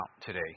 today